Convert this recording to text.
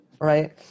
right